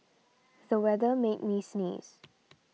the weather made me sneeze